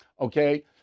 Okay